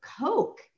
Coke